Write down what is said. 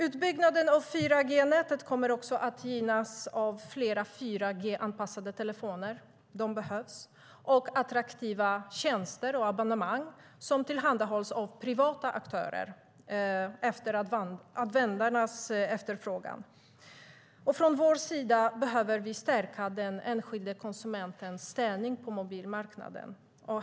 Utbyggnaden av 4G-nätet kommer också att gynnas av fler 4G-anpassade telefoner - de behövs - och attraktiva tjänster och abonnemang som tillhandahålls av privata aktörer utifrån användarnas efterfrågan. Från vår sida behöver vi stärka den enskilda konsumentens ställning på mobilmarknaden.